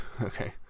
Okay